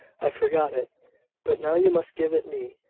i forgot it but now you must give it me.